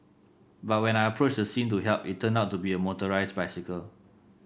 but when I approached the scene to help it turned out to be a motorised bicycle